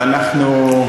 ואנחנו,